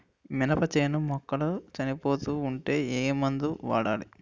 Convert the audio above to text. మినప చేను మొక్కలు చనిపోతూ ఉంటే ఏమందు వాడాలి?